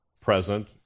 present